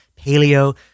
paleo